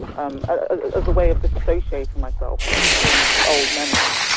um ah as a way of disassociating myself from the old memories.